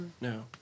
No